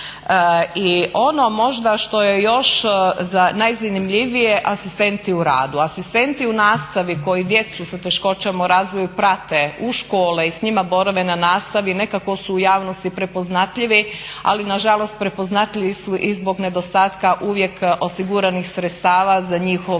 I ono možda što je još najzanimljivije asistenti u radi, asistenti u nastavi koji djecu sa teškoćama u razvoju prate u škole i s njima borave na nastavi nekako su u javnosti prepoznatljivi, ali nažalost prepoznatljivi su i zbog nedostatka uvijek osiguranih sredstava za njihovu